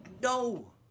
no